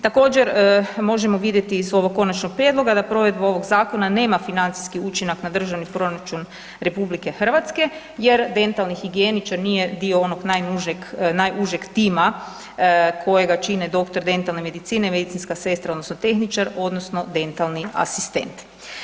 Također možemo vidjeti iz ovog konačnog prijedloga da provedu ovog zakona nema financijski učinak na državni proračun RH jer dentalni higijeničar nije dio onog najužeg tima kojega čine doktor dentalne medicine, medicinska sestra odnosno tehničar odnosno dentalni asistent.